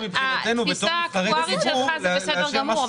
התפיסה האקטוארית שלך זה בסדר גמור,